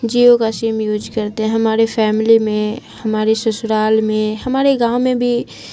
جیو کا sim use کرتے ہیں ہماری فیملی میں ہماری سسرال میں ہمارے گاؤں میں بھی